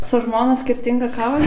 su žmona skirtinga kavą